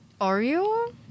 Oreo